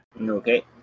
Okay